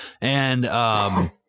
And-